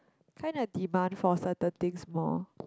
kinda demand for certain things more